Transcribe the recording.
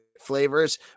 Flavors